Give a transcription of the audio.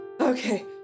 Okay